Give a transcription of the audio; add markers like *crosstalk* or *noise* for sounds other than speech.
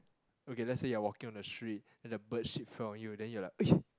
okay let's say you are walking on the street then the bird shit fell on you then you are like *noise*